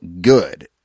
good